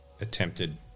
attempted